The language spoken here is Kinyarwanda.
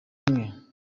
imwe